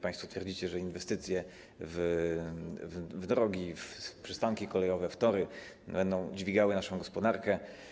Państwo twierdzicie, że inwestycje w drogi, w przystanki kolejowe, w tory będą dźwigały naszą gospodarkę.